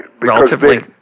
relatively